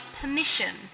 permission